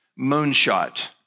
Moonshot